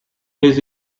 his